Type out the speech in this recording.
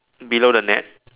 below the net